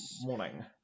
morning